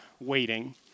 waiting